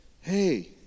hey